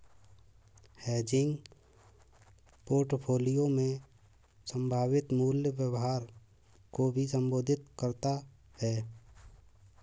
hedging portfolio में संभावित मूल्य व्यवहार को भी संबोधित करता हैं